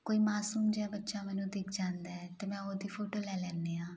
ਕੋਈ ਮਾਸੂਮ ਜਿਹਾ ਬੱਚਾ ਮੈਨੂੰ ਦਿਖ ਜਾਂਦਾ ਤਾਂ ਮੈਂ ਉਹਦੀ ਫੋਟੋ ਲੈ ਲੈਂਦੀ ਹਾਂ